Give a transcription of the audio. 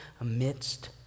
amidst